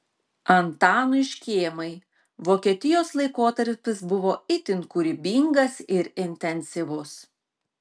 antanui škėmai vokietijos laikotarpis buvo itin kūrybingas ir intensyvus